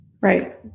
Right